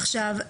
עכשיו,